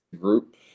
group